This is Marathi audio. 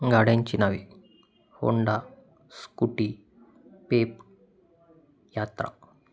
गाड्यांची नावे होंडा स्कुटी पेप यात्रा